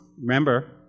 remember